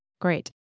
great